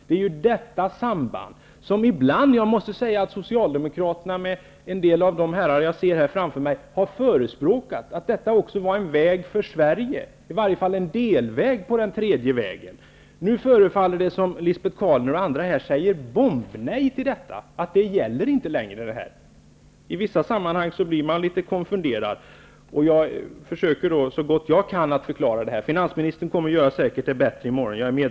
Det är detta samband som Socialdemokraterna ibland har förespråkat -- bl.a. en del av de herrar som jag ser här framför mig -- dvs. att detta också skulle kunna vara en väg för Sverige, i varje fall en delväg på den tredje vägen. Det förefaller nu som Lisbet Calner och andra säger tvärt nej till detta -- det gäller inte längre. I vissa sammanhang blir man litet konfunderad. Jag försöker så gott jag kan att förklara det, och finansministern kommer säkert att göra det bättre i morgon.